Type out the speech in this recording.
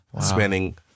Spending